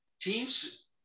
teams